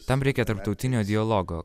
tam reikia tarptautinio dialogo